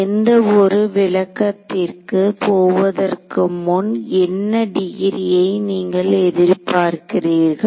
எந்த ஒரு விளக்கத்திற்கு போவதற்கு முன் என்ன டிகிரியை நீங்கள் எதிர்பார்க்கிறீர்கள்